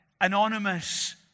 anonymous